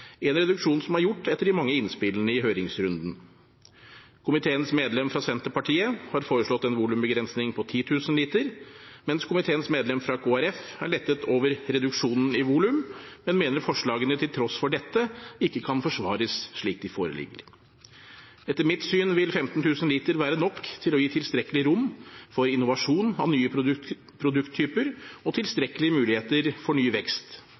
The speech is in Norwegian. en reduksjon som er gjort etter de mange innspillene i høringsrunden. Komiteens medlem fra Senterpartiet har foreslått en volumbegrensning på 10 000 liter, mens komiteens medlem fra Kristelig Folkeparti er lettet over reduksjonen i volum, men mener forslagene til tross for dette ikke kan forsvares slik de foreligger. Etter mitt syn vil 15 000 liter være nok til å gi tilstrekkelig rom for innovasjon av nye produkttyper og tilstrekkelige muligheter for ny vekst